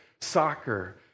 soccer